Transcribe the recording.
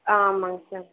ஆமாம்ங்க சார்